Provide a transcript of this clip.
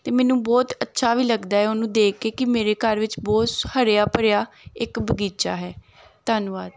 ਅਤੇ ਮੈਨੂੰ ਬਹੁਤ ਅੱਛਾ ਵੀ ਲੱਗਦਾ ਉਹਨੂੰ ਦੇਖ ਕੇ ਕਿ ਮੇਰੇ ਘਰ ਵਿੱਚ ਬਹੁਤ ਹਰਿਆ ਭਰਿਆ ਇੱਕ ਬਗੀਚਾ ਹੈ ਧੰਨਵਾਦ